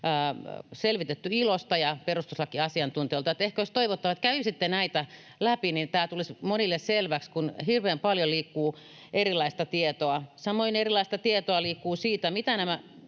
selvitetty ILOsta ja perustuslakiasiantuntijoilta. Ehkä olisi toivottavaa, että kävisitte näitä läpi, niin että tämä tulisi monille selväksi, kun hirveän paljon liikkuu erilaista tietoa. Samoin erilaista tietoa liikkuu siitä, mitä nämä